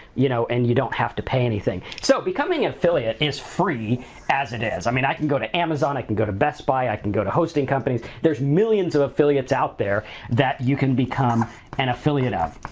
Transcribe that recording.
you know, and you don't have to pay anything. so, becoming affiliate is free as it is. i mean, i can go to amazon, i can go to best buy, i can go to hosting companies. there's millions of affiliates out there that you can become an and affiliate of.